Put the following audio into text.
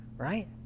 right